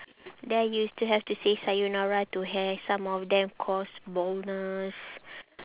then you've to have to say sayonara to hair some of them cause baldness